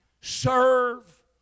serve